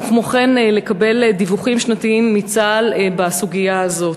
וכן לקבל דיווחים שנתיים מצה"ל בסוגיה הזאת.